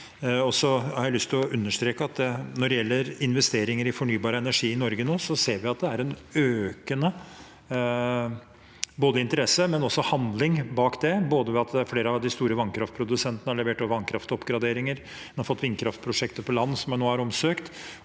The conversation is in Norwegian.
når det gjelder investeringer i fornybar energi i Norge nå, ser vi at det er økende interesse, men også handling bak det. Flere av de store vannkraftprodusentene har levert vannkraftoppgraderinger, og man har fått vindkraftprosjekter på land som nå er omsøkt.